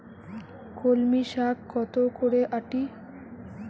কলমি শাখ কত করে আঁটি?